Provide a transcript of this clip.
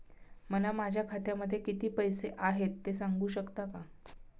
मला माझ्या खात्यामध्ये किती पैसे आहेत ते सांगू शकता का?